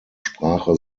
sprache